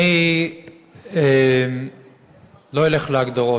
אני לא אלך להגדרות.